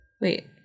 Wait